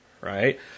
Right